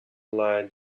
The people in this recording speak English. lied